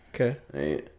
Okay